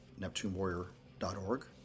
neptunewarrior.org